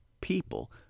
people